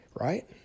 right